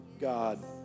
God